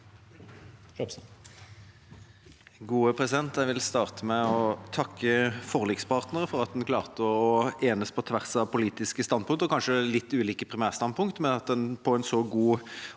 Jeg vil starte med å takke forlikspartnerne for at vi klarte å enes på tvers av politiske standpunkter, og kanskje litt ulike primærstandpunkter, men at en med en så god og